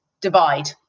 divide